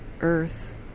earth